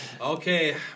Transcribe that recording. Okay